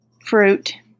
fruit